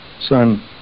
son